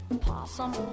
possum